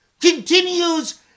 continues